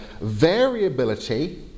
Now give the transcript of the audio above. variability